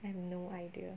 I have no idea